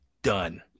Done